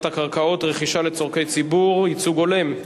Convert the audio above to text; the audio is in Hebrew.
הקרקעות (רכישה לצורכי ציבור) (ייצוג הולם),